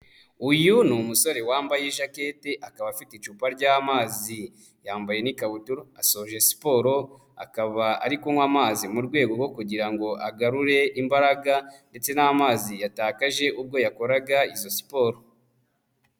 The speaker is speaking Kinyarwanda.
Uyu ni umusore wambaye ijketi akaba afite icupa ry'amazi, yambaye n'ikabutura asoje siporo akaba ari kunywa amazi mu rwego rwo kugira ngo agarure imbaraga ndetse n'amazi yatakaje ubwo yakoraga iyo siporo.